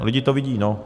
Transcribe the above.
Lidi to vidí, no.